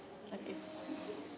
okay